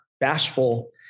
bashful